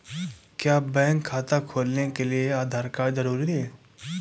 क्या बैंक खाता खोलने के लिए आधार कार्ड जरूरी है?